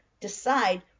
decide